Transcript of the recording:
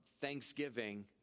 Thanksgiving